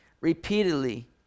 repeatedly